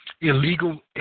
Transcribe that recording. Illegal